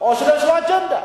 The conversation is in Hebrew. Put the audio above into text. לו אג'נדה.